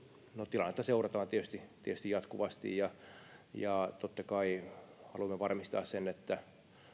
tilannetta seurataan tietysti tietysti jatkuvasti ja ja totta kai haluamme varmistaa sen että